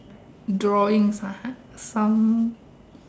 drawings ah some